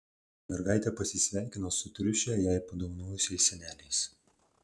mergaitė pasisveikina su triušę jai padovanojusiais seneliais